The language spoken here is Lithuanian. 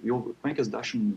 jau penkiasdešimt